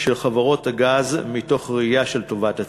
של חברות הגז, מתוך ראייה של טובת הציבור.